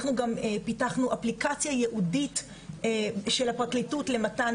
אנחנו גם פיתחנו אפליקציה ייעודית של הפרקליטות למתן